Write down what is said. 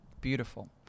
Beautiful